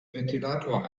ventilator